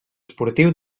esportiu